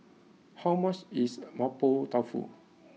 how much is Mapo Tofu